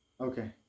okay